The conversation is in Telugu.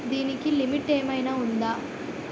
దీనికి లిమిట్ ఆమైనా ఉందా?